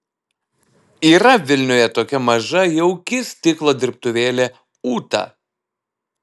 yra vilniuje tokia maža jauki stiklo dirbtuvėlė ūta